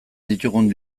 ditugun